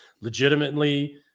legitimately